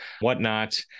whatnot